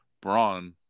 Braun